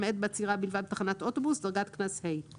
למעט בעצירהה בלבד בתחנת אוטובוס תחילה